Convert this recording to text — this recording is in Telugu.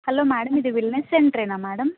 హలో మేడం ఇది వెల్నెస్ సెంటరేనా మేడం